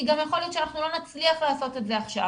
כי גם יכול להיות שאנחנו לא נצליח לעשות את זה עכשיו.